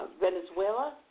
Venezuela